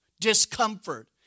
discomfort